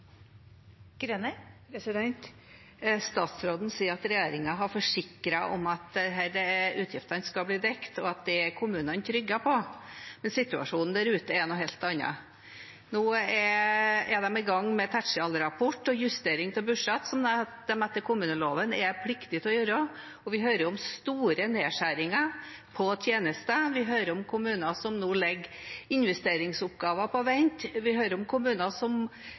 Statsråden sier at regjeringen har forsikret om at disse utgiftene skal bli dekket, og at kommunene skal være trygge på det, men situasjonen der ute er noe helt annet. Nå er kommunene i gang med tertialrapport og justering av budsjettet, som de etter kommuneloven er pliktig å gjøre. Vi hører om store nedskjæringer på tjenester, vi hører om kommuner som nå legger investeringsoppgaver på vent, vi hører om kommuner som